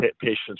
patients